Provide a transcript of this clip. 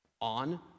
on